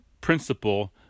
principle